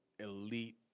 elite